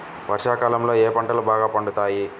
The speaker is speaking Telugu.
వర్షాకాలంలో ఏ పంటలు బాగా పండుతాయి?